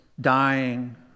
dying